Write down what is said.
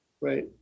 Right